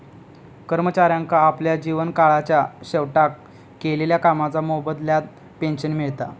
कर्मचाऱ्यांका आपल्या जीवन काळाच्या शेवटाक केलेल्या कामाच्या मोबदल्यात पेंशन मिळता